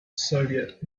soviet